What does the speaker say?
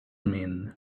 min